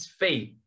faith